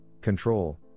control